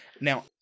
Now-